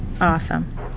Awesome